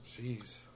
Jeez